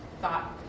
thought